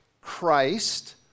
Christ